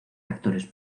actores